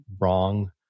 wrong